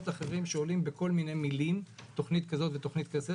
אחרים שעולים בכל מיני מילים תכנית כזאת ותכנית כזאת.